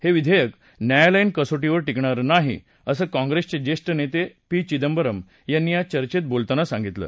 हे विधेयक न्यायालयीन कसोटीवर टिकणार नाही असं काँग्रेसचे जेष्ठ नेते चिदंबरम यांनी या चचेंत बोलताना सांगितलं